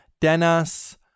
Dennis